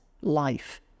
life